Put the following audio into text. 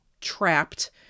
trapped